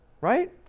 right